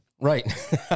Right